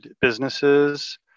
businesses